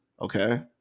Okay